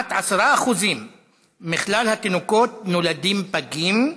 כמעט 10% מכלל התינוקות נולדים פגים,